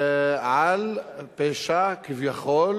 על פשע כביכול